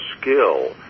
skill